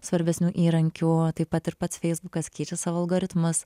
svarbesnių įrankių o taip pat ir pats feisbukas keičia savo algoritmus